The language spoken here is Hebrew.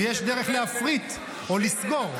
ויש דרך להפריט או לסגור.